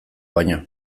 baino